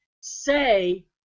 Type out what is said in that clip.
say